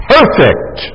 Perfect